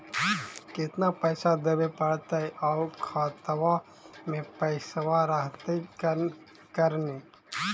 केतना पैसा देबे पड़तै आउ खातबा में पैसबा रहतै करने?